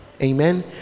Amen